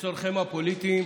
לצורכיהן הפוליטיים,